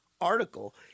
article